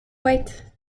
white